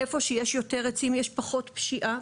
היכן שיש יותר עצים יש פחות פשיעה,